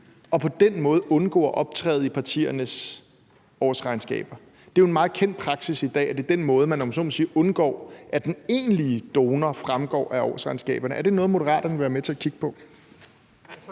og på den måde undgå at optræde i partiernes årsregnskaber. Det er jo en meget kendt praksis i dag, og det er på den måde, man undgår, at den egentlige donor fremgår af årsregnskaberne. Er det noget, Moderaterne vil være med til at kigge på?